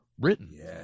written